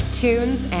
tunes